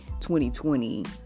2020